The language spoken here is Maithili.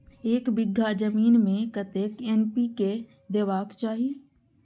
एक बिघा जमीन में कतेक एन.पी.के देबाक चाही?